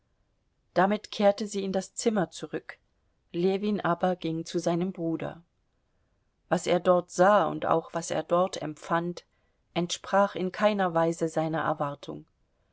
damit kehrte sie in das zimmer zurück ljewin aber ging zu seinem bruder was er dort sah und auch was er dort empfand entsprach in keiner weise seiner erwartung